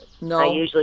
No